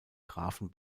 grafen